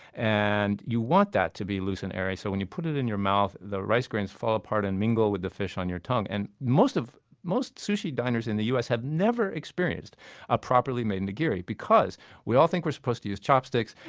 and you want that to be loose and airy so when you put it in your mouth, the rice grains fall apart and mingle with the fish on your tongue and most most sushi diners in the u s. have never experienced a properly made nigiri because we all think we're supposed to use chopsticks.